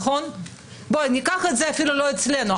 בלתי אפשרי.